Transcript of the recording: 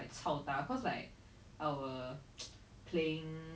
she says but very near orchard